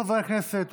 חברי הכנסת,